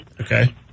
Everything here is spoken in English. Okay